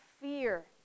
fear